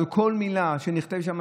אבל כל מילה שנכתבת שם,